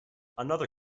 another